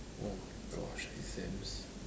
oh my gosh exams